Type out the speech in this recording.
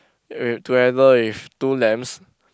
wait together with two lambs